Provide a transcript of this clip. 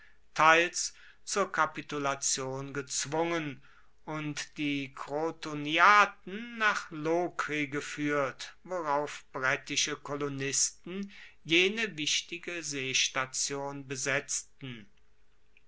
teils zur kapitulation gezwungen und die krotoniaten nach lokri gefuehrt worauf brettische kolonisten jene wichtige seestation besetzten